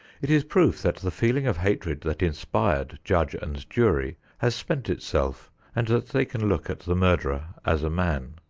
it is proof that the feeling of hatred that inspired judge and jury has spent itself and that they can look at the murderer as a man.